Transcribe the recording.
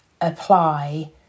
apply